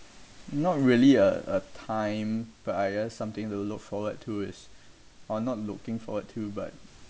not really a a time but I guess something to look forward to is or not looking forward to but